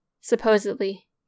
Supposedly